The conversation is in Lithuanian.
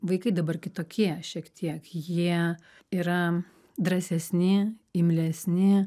vaikai dabar kitokie šiek tiek jie yra drąsesni imlesni